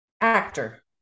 actor